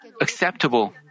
acceptable